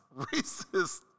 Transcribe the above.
racist